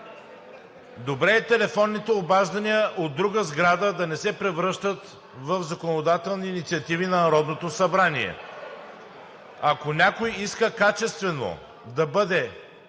Добре е телефонните обаждания от друга сграда да не се превръщат в законодателни инициативи на Народното събрание. (Шум и реплики.) Ако